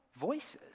voices